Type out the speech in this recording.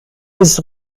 des